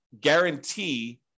guarantee